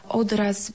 odraz